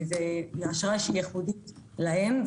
זו אשרה ייחודית להם,